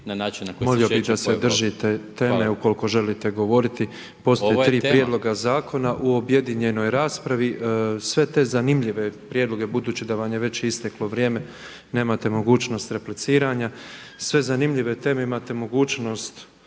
molio bih da se držite teme ukoliko želite govoriti. Postoje tri prijedloga zakona u objedinjenoj raspravi, sve te zanimljive prijedloge budući da vam je isteklo vrijeme, nemate mogućnost repliciranja, sve zanimljive teme imate mogućnost